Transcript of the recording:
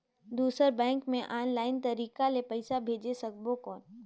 दुसर बैंक मे ऑफलाइन तरीका से पइसा भेज सकबो कौन?